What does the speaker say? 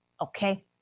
okay